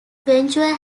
venture